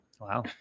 wow